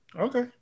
Okay